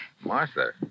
Martha